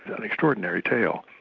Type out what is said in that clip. an extraordinary tale.